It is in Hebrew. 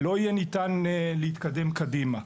לא יהיה ניתן להתקדם קדימה.